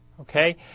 okay